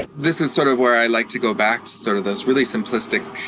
but this is sort of where i like to go back to sort of those really simplistic,